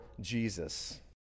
jesus